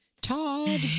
Todd